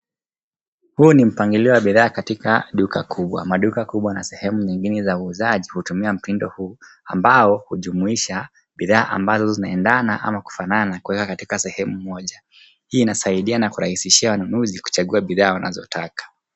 Huu ni mpangilio wa bidhaa katika duka kubwa. Maduka kubwa na sehemu nyingine za uuzaji hutumia mtindo huu, ambao hujumuisha bidhaa ambazo zinaendana ama kufanana na kuwekwa katika sehemu moja. Hii inasaidia na kurahisishia wanunuzi kuchagua bidhaa wanazotaka.